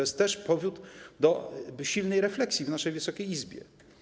Jest to też powód do głębszej refleksji w naszej Wysokiej Izbie.